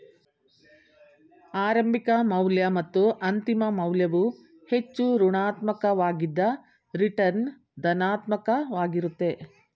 ಆರಂಭಿಕ ಮೌಲ್ಯ ಮತ್ತು ಅಂತಿಮ ಮೌಲ್ಯವು ಹೆಚ್ಚು ಋಣಾತ್ಮಕ ವಾಗಿದ್ದ್ರ ರಿಟರ್ನ್ ಧನಾತ್ಮಕ ವಾಗಿರುತ್ತೆ